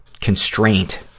constraint